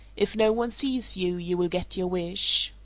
if no one sees you, you will get your wish.